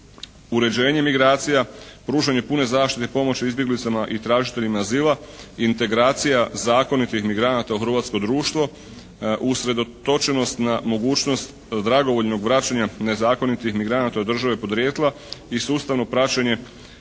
uređenje migracija, pružanje pune zaštite pomoći izbjeglicama i tražiteljima azila, integracija zakonitih migranata u hrvatsko društvo, usredotočenost na mogućnost dragovoljnog vraćanja nezakonitih migranata u države podrijetla i sustavno praćenje